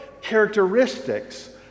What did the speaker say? characteristics